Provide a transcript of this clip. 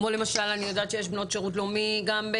כמו למשל אני יודעת שיש בנות שירות לאומי גם,